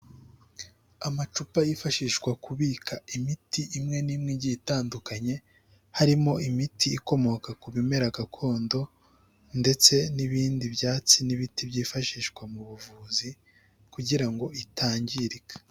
Amacupa yifashishwa kubika imiti imwe n'imwe igiye itandukanye, harimo imiti ikomoka ku bimera gakondo ndetse n'ibindi byatsi n'ibiti byifashishwa mu buvuzi kugira ngo itangirika.